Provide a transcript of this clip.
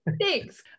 Thanks